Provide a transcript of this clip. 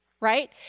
right